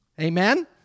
Amen